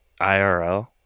IRL